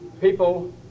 people